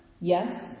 yes